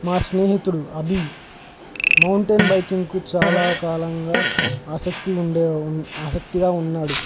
మా స్నేహితుడు అబి మౌంటైన్ బైకింగ్కు చాలా కాలంగా ఆసక్తి ఉండే ఆసక్తిగా ఉన్నాడు